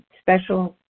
special